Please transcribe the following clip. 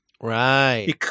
Right